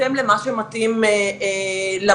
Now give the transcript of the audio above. זה לא